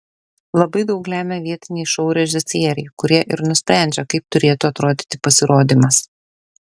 labai daug lemia vietiniai šou režisieriai kurie ir nusprendžia kaip turėtų atrodyti pasirodymas